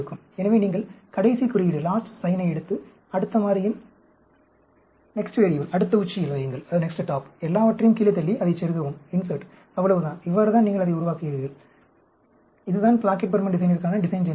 எனவே நீங்கள் கடைசி குறியீடை எடுத்து அடுத்த மாறியின் அடுத்த உச்சியில் வையுங்கள் எல்லாவற்றையும் கீழே தள்ளி அதைச் செருகவும் அவ்வளவுதான் இவ்வாறுதான் நீங்கள் அதை உருவாக்குகிறீர்கள் இதுதான் பிளாக்கெட் பர்மன் டிசைனிற்கான டிசைன் ஜெனரேட்டர்